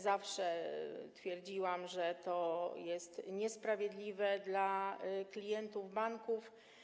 Zawsze twierdziłam, że to jest niesprawiedliwe dla klientów banków.